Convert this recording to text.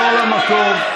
למקום.